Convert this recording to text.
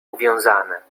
uwiązane